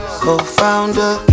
co-founder